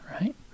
right